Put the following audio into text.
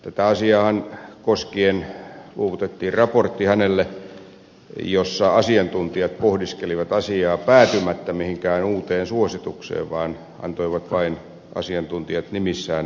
tätä asiaahan koskien hänelle luovutettiin raportti jossa asiantuntijat pohdiskelivat asiaa päätymättä mihinkään uuteen suositukseen vaan antoivat vain asiantuntijat nimissään kannanottoja